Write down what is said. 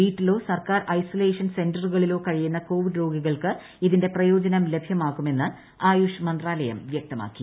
വീട്ടിലോ സർക്കാർ ഐസോലേഷൻ സെന്ററുകളിലോ കഴിയുന്ന കോവിഡ് രോഗികൾക്ക് ഇതിന്റെ പ്രയോജനം ലഭ്യമാകുമെന്ന് ആയുഷ് മന്ത്രാലയം വ്യക്തമാക്കി